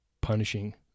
punishing